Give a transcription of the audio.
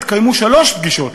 התקיימו שלוש פגישות,